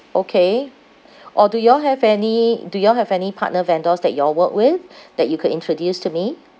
okay or do you all have any do you all have any partner vendors that you all work with that you could introduce to me